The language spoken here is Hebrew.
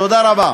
תודה רבה.